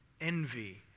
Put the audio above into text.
envy